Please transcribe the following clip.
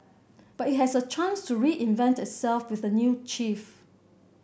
but it has a chance to reinvent itself with a new chief